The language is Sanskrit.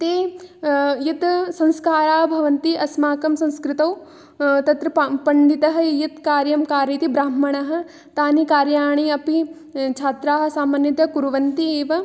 ते यत् संस्काराः भवन्ति अस्माकं संस्कृतौ तत्र पण्डितः यत् कार्यं कारयति ब्राह्मणः तानि कार्याणि अपि छात्राः सामान्यतया कुर्वन्त्येव